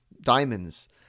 diamonds